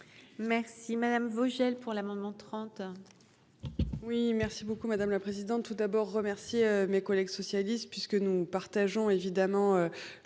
Merci madame Vogel pour l'abonnement, 30.